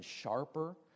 sharper